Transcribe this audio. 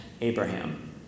Abraham